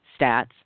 stats